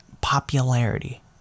popularity